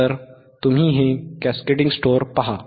तर तुम्ही ही कॅस्केडिंग स्टोअर्स पहा